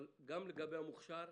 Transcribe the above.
אבל גם לגבי המוכש"ר,